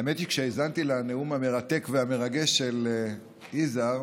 האמת היא שכשהאזנתי לנאום המרתק והמרגש של יזהר,